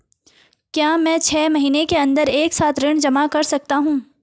क्या मैं छः महीने के अन्दर एक साथ ऋण जमा कर सकता हूँ?